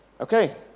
Okay